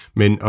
men